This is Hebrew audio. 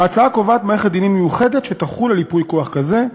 ההצעה קובעת מערכת דינים מיוחדת שתחול על ייפוי כוח כזה,